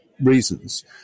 reasons